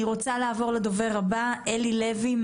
אני רוצה לעבור לדובר הבא אלי לוי,